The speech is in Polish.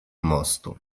mostu